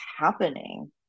happening